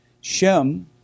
Shem